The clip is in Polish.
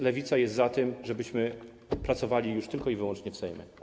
Lewica jest za tym, żebyśmy pracowali już tylko i wyłącznie w Sejmie.